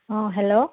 অঁ হেল্ল'